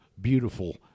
beautiful